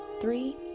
three